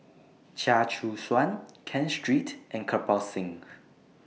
Chia Choo Suan Ken Seet and Kirpal Singh